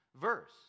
verse